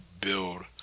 build